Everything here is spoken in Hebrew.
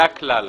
זה הכלל.